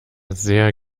sehr